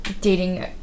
dating